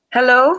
Hello